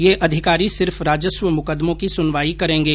ये अधिकारी सिर्फ राजस्व मुकदमों की सुनवाई करेंगे